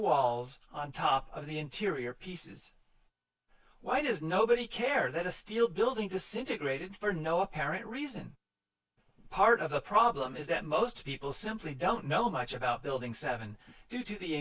walls on top of the interior pieces why does nobody care that a steel building disintegrated for no apparent reason part of the problem is that most people simply don't know much about building seven due to the